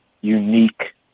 unique